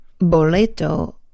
boleto